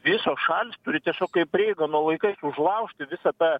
visos šalys turi tiesiog kaip reigano laikas užlaužti visą tą